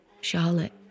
Charlotte